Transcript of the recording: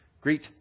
Greet